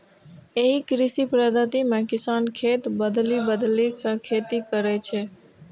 एहि कृषि पद्धति मे किसान खेत बदलि बदलि के खेती करै छै